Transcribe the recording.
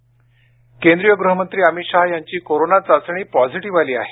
अमित शहा केंद्रीय गृहमंत्री अमित शहा यांची कोरोना चाचणी पॉझिटीव आली आहे